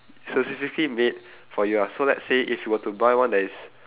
specifically made for you ah so let's say if you were to buy one that is